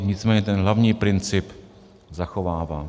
Nicméně ten hlavní princip zachovávám.